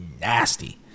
nasty